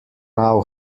now